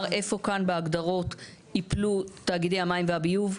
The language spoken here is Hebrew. איפה כאן בהגדרות יפלו תאגידי המים והביוב?